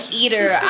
eater